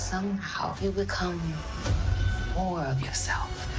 somehow you become more of yourself.